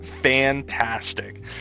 fantastic